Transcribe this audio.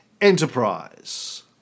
enterprise